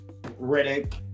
Riddick